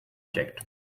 checked